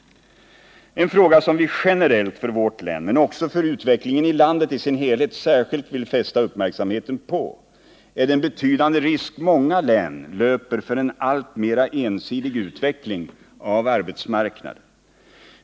En fråga som vi generellt för vårt län, men också för utvecklingen i landet i sin helhet särskilt vill fästa uppmärksamheten på är den betydande risk många län löper för en alltmera ensidig utveckling av arbetsmarknaden.